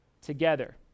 together